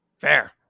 Fair